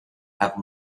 have